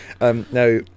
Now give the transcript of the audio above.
Now